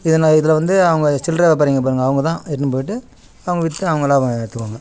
ஏன்னால் இதில் வந்து அவங்க சில்றரை வியாபாரிங்கள் இருப்பாங்க அவங்க தான் எட்டுனு போய்விட்டு அவங்க விற்று அவங்க லாபம் எடுத்துக்குவாங்க